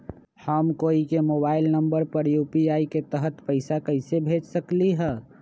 हम कोई के मोबाइल नंबर पर यू.पी.आई के तहत पईसा कईसे भेज सकली ह?